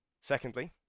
secondly